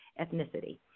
ethnicity